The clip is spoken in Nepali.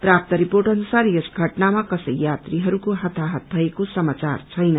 प्राप्त रिपोर्ट अनुसार यस घटनामा कसै यात्रीहरूको हताहत भएको समाचार छैन